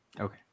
Okay